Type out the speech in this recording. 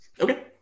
Okay